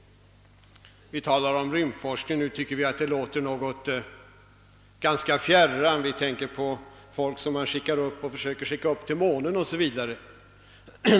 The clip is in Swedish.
Vi talar om rymdforskningen och tycker att det låter som något ganska fjärran från vår vardag. Vi tänker på folk som man försöker skicka upp till månen o.s.v.